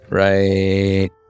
right